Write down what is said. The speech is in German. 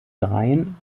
dreien